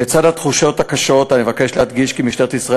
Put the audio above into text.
לצד התחושות הקשות אני מבקש להדגיש כי משטרת ישראל